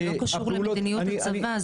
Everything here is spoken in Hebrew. זה לא קשור למדיניות הצבא,